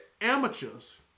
amateurs